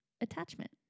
Attachment